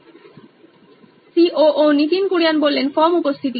Nitin Kurian C O O নোইন electronics কম উপস্থিতি